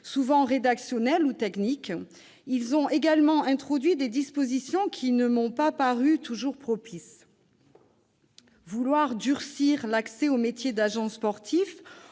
manière rédactionnelle ou technique, ils ont également introduit des dispositions qui ne m'ont pas toujours paru propices. Vouloir durcir l'accès au métier d'agent sportif,